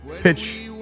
pitch